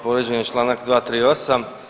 Povrijeđen je članak 238.